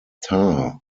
tar